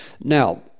Now